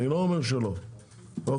אני לא אומר שלא, אוקיי?